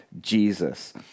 Jesus